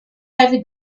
heavy